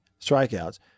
strikeouts